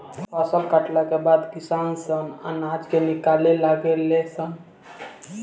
फसल कटला के बाद किसान सन अनाज के निकाले लागे ले सन